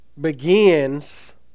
begins